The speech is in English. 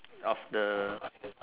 of the